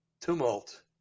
tumult